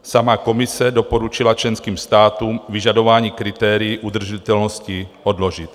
Sama Komise doporučila členským státům vyžadování kritérií udržitelnosti odložit.